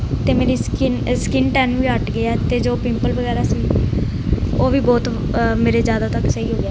ਅਤੇ ਮੇਰੀ skin skin tan ਵੀ ਹਟ ਗਏ ਹੈ ਅਤੇ ਜੋ ਪਿੰਪਲ ਵਗੈਰਾ ਸੀ ਉਹ ਵੀ ਬਹੁਤ ਮੇਰੇ ਜ਼ਿਆਦਾਤਰ ਸਹੀ ਹੋ ਗਏ ਹੈ